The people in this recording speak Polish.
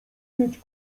mieć